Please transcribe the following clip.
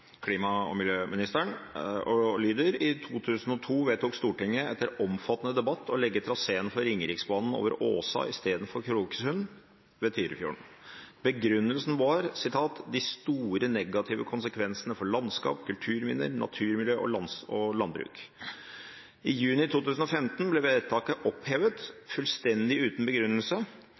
klima- og miljøministeren og lyder: «I 2002 vedtok Stortinget etter omfattende debatt å legge traseen for Ringeriksbanen over Åsa i stedet for Kroksund ved Tyrifjorden. Begrunnelsen var «de store negative konsekvensene for landskap, kulturminner, naturmiljø og landbruk». I juni 2015 ble vedtaket opphevet helt uten begrunnelse